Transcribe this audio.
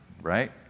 right